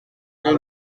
que